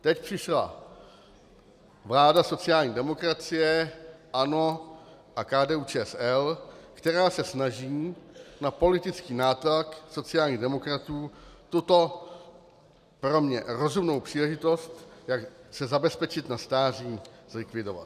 Teď přišla vláda sociální demokracie, ANO a KDUČSL, která se snaží na politický nátlak sociálních demokratů tuto pro mě rozumnou příležitost, jak se zabezpečit na stáří, zlikvidovat.